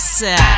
sad